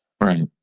right